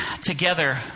Together